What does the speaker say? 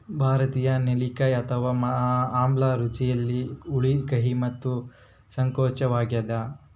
ಭಾರತೀಯ ನೆಲ್ಲಿಕಾಯಿ ಅಥವಾ ಆಮ್ಲ ರುಚಿಯಲ್ಲಿ ಹುಳಿ ಕಹಿ ಮತ್ತು ಸಂಕೋಚವಾಗ್ಯದ